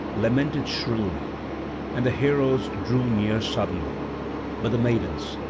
lamented shrilly and the heroes drew near suddenly but the maidens,